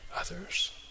others